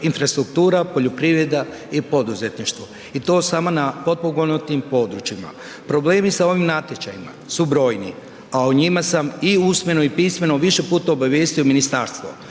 infrastruktura, poljoprivreda i poduzetništvo i to samo na potpomognutim područjima. Problemi sa ovim natječajima su brojni a o njima sam i usmeno i pismeno više puta obavijestio ministarstvo,